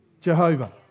Jehovah